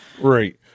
Right